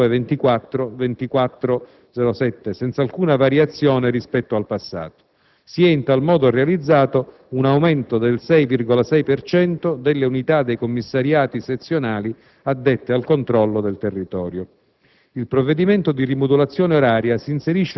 (07-13, 13-19, 19-24, 24-07), senza alcuna variazione rispetto al passato. In tal modo, si è realizzato un aumento del 6,6 per cento delle unità dei commissariati sezionali addette al controllo del territorio.